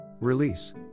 Release